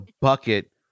bucket